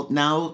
now